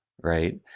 right